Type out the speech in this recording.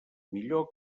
millor